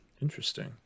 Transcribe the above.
interesting